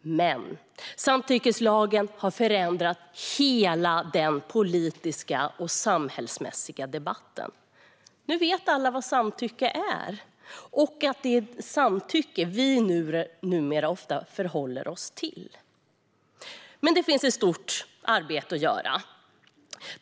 Men samtyckeslagen har förändrat hela den politiska och samhälleliga debatten. Nu vet alla vad samtycke är och att det numera är samtycke vi förhåller oss till. Det finns dock ett stort arbete att göra.